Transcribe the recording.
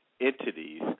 entities